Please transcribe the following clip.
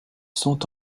sont